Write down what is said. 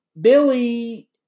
Billy